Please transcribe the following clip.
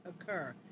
occur